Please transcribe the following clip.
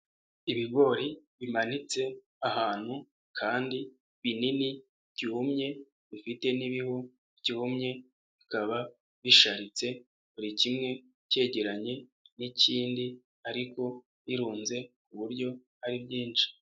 Ibigori bimanitse ahantu kandi binini byumye bifite n'ibihu byumye, bikaba bisharitse buri kimwe cyegeranye n'ikindi ariko birunze ku buryo ari byinshi.